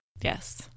Yes